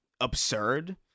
absurd